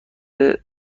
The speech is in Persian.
حساب